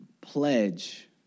pledge